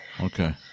okay